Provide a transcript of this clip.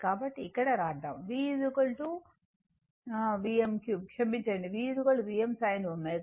కాబట్టి ఇక్కడ వ్రాద్దాం V Vm3 క్షమించండి V Vm sin ω t